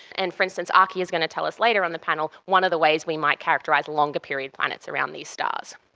and, for instance, aki is going to tell us later on the panel one of the ways we might characterise longer period planets around these stars.